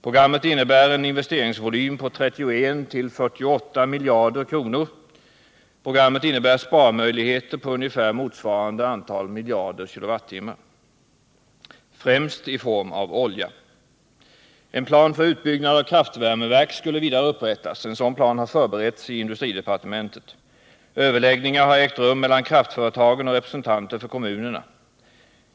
Programmet innebär en investeringsvolym på 31-48 miljarder kronor. Programmet innebär sparmöjligheter på ungefär motsvarande antal miljarder kilowattimmar, främst i form av olja. En plan för utbyggnad av kraftvärmeverk skulle vidare upprättas. En sådan plan har förberetts i industridepartementet. Överläggningar har ägt rum mellan kraftföretagen och representanter för kommunerna.